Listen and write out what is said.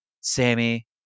Sammy